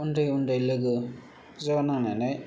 उन्दै उन्दै लोगो ज' नायनानै